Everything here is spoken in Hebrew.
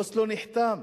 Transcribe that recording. אוסלו נחתם.